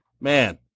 Man